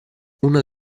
una